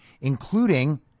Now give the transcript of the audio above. including